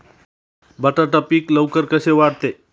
बटाटा पीक लवकर कसे वाढते?